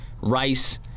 Rice